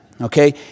Okay